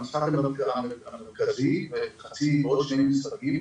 המשחק המרכזי ועוד שני משחקים,